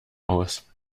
aus